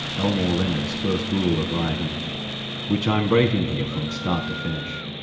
elmore leonard's first rule of writing which i'm breaking here from start to finish.